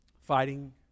fighting